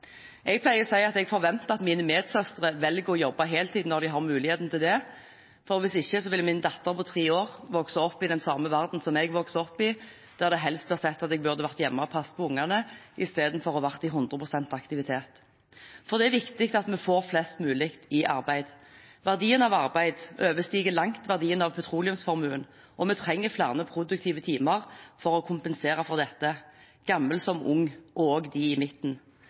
Jeg pleier å si at jeg forventer at mine medsøstre velger å jobbe heltid når de har mulighet til det. Hvis ikke vil min datter på tre år vokse opp i den samme verdenen som jeg vokste opp i, der en helst så at jeg var hjemme og passet på ungene istedenfor å være i 100 pst. aktivitet. Det er viktig at vi får flest mulig i arbeid. Verdien av arbeid overstiger langt verdien av petroleumsformuen, og vi trenger flere produktive timer – fra gammel som fra ung og også fra dem i midten – for å kompensere for dette.